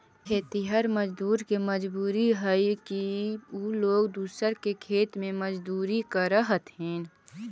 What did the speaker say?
खेतिहर मजदूर के मजबूरी हई कि उ लोग दूसर के खेत में मजदूरी करऽ हथिन